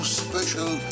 special